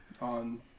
on